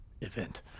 event